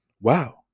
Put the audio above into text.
Wow